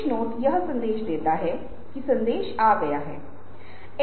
इसका एक सप्ताह के भीतर हमारे पास परिणाम होंगे